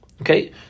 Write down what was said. Okay